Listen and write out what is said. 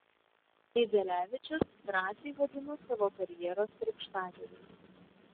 idzelevičius drąsiai vadinu savo karjeros krikštatėviais